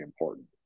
important